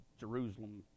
Jerusalem